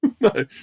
No